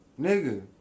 Nigga